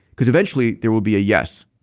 because eventually there will be a yes.